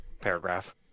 paragraph